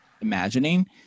imagining